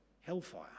hellfire